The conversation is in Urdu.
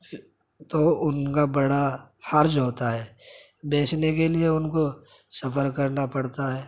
تو ان کا بڑا حرج ہوتا ہے بیچنے کے لیے ان کو سفر کرنا پڑتا ہے